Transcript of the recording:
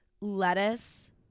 lettuce